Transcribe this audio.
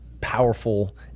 powerful